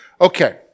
Okay